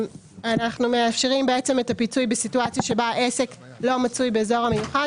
אנחנו מאשרים בעצם את הפיצוי בסיטואציה שבה עסק לא מצוי באזור המיוחד,